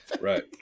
Right